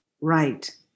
right